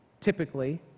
typically